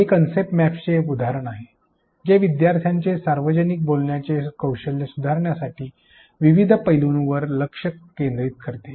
येथे एक कन्सेप्ट मॅपसचे उदाहरण आहे जे विद्यार्थ्यांचे सार्वजनिक बोलण्याचे कौशल्य सुधारण्यासाठी वेगवेगळ्या पैलूंवर लक्ष केंद्रित करते